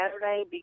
Saturday